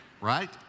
right